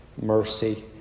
mercy